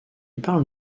parle